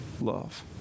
love